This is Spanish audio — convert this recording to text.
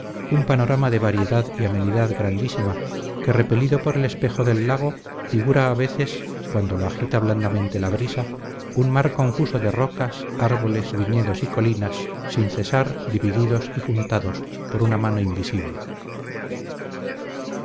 un panorama de variedad y amenidad grandísima que repelido por el espejo del lago figura a veces cuando lo agita blandamente la brisa un mar confuso de rocas árboles viñedos y colinas sin cesar divididos y juntados por una mano invisible